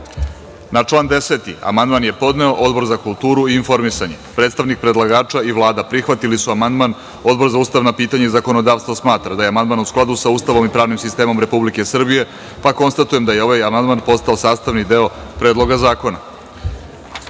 član 10. amandman je podneo Odbor za kulturu i informisanje. Predstavnik predlagača i Vlada prihvatili su amandman, a Odbor za ustavna pitanja i zakonodavstvo smatra da je amandman u skladu sa Ustavom i pravnim sistemom Republike Srbije. Konstatujem da je ovaj amandman postao sastavni deo Predloga zakona. Na